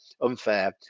unfair